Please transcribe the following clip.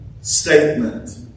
statement